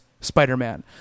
Spider-Man